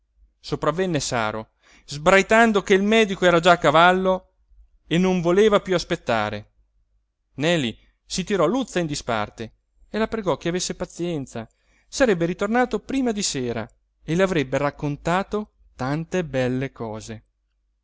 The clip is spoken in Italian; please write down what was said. meglio sopravvenne saro sbraitando che il medico era già a cavallo e non voleva piú aspettare neli si tirò luzza in disparte e la pregò che avesse pazienza sarebbe ritornato prima di sera e le avrebbe raccontato tante belle cose